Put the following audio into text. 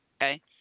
Okay